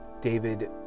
David